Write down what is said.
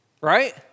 right